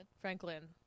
Franklin